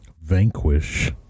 Vanquish